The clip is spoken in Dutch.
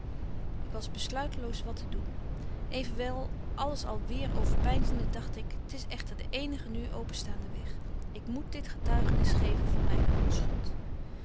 ik was besluiteloos wat te doen evenwel alles al weêr overpeinzende dagt ik t is echter de eenige nu openstaande weg ik moet dit getuigenis geven van myne onschuld